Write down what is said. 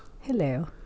Hello